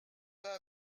pas